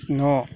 न'